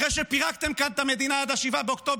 אחרי שפירקתם כאן את המדינה עד 7 באוקטובר,